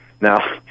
Now